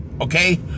Okay